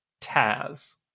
Taz